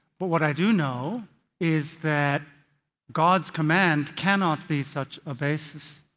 but what i do know is that god's commands cannot be such a basis.